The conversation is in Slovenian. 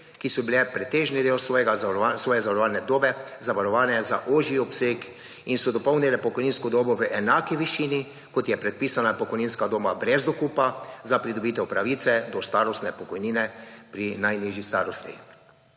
ki so bile pretežni del svoje zavarovane dobe zavarovane za ožji obseg in so dopolnile pokojninsko dobo v enaki višini kot je predpisana pokojninska doba brez dokupa za pridobitev pravice do starostne pokojnine pri najnižji starosti.